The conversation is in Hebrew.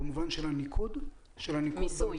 במובן של הניקוד במיסוי?